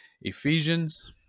Ephesians